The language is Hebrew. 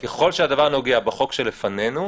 ככל שהדבר נוגע בחוק שלפנינו,